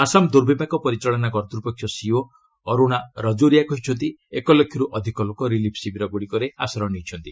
ଆସାମ ଦୂର୍ବିପାକ ପରିଚାଳନା କର୍ତ୍ତ୍ୱପକ୍ଷ ସିଇଓ ଅରୁଣା ରାଜୌରିଆ କହିଛନ୍ତି ଏକ ଲକ୍ଷରୁ ଅଧିକ ଲୋକ ରିଲିଫ୍ ଶିବିରଗୁଡ଼ିକରେ ଆଶ୍ରୟ ନେଇଛନ୍ତି